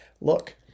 look